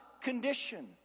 condition